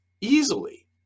easily